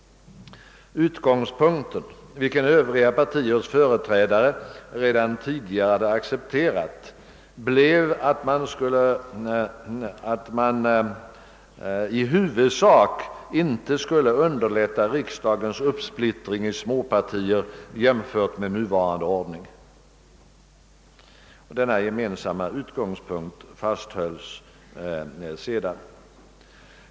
Utgångspunkten, vilken övriga partiers företrädare redan tidigare hade accepterat, blev att man i huvudask inte skulle underlätta riksdagens uppsplittring i småpartier jämfört med nuvarande ordning. Denna gemensamma utgångspunkt fasthölls sedan.